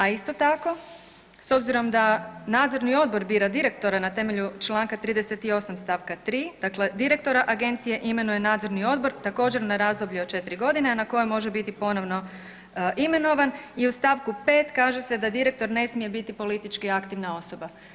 A isto tako s obzirom da nadzorni odbor bira direktora na temelju čl. 38. st. 3., dakle „direktora agencije imenuje nadzorni odbor također na razdoblje od četiri godine na koje može biti ponovno imenovan“ i u st. 5. kaže se da „direktor ne smije biti politički aktivna osoba“